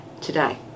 today